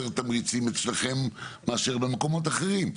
תמריציים אצלכם מאשר במקומות אחרים.